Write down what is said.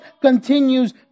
continues